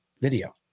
video